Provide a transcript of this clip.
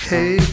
Hey